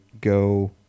go